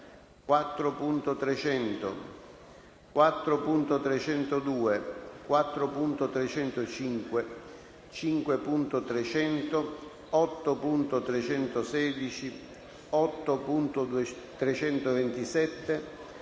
4.300, 4.302, 4.305, 5.300, 8.316, 8.327,